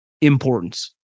importance